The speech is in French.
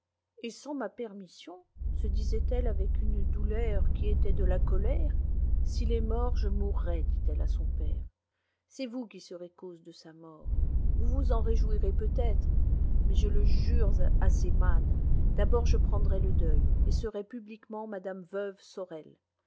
et sans ma permission se disait-elle avec une douleur qui était de la colère s'il est mort je mourrai dit-elle à son père c'est vous qui serez cause de sa mort vous vous en réjouirez peut-être mais je le jure à ses mânes d'abord je prendrai le deuil et serai publiquement mme veuve sorel